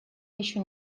еще